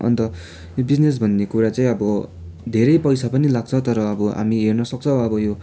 अन्त यो बिजनेस भन्ने कुरा चाहिँ अब धेरै पैसा पनि लाग्छ तर अब हामी हेर्न सक्छौँ अब यो